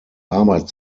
arbeit